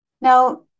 Now